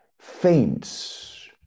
faints